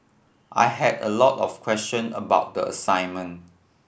I had a lot of question about the assignment